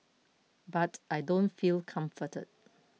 but I don't feel comforted